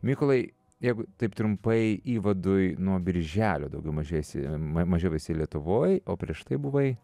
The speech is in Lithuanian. mykolai jeigu taip trumpai įvadui nuo birželio daugiau mažiesi mažiau esi lietuvoj o prieš tai buvai